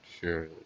sure